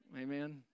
Amen